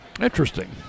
Interesting